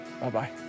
Bye-bye